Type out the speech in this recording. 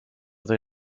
they